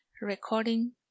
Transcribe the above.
recording